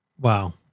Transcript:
Wow